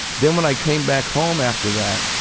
then when i came back home after that,